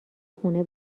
خونه